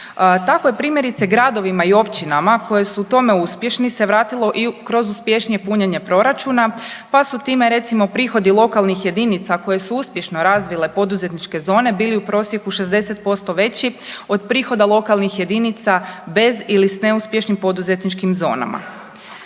Tako je primjerice gradovima i općinama koji su u tome uspješni se vratilo i kroz uspješnije punjenje proračuna pa su time recimo prihodi lokalnih jedinica koji su uspješno razvile poduzetničke zone bili u prosjeku 60% veći od prihoda lokalnih jedinica bez ili s neuspješnim poduzetničkim zonama.